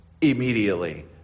immediately